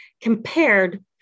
compared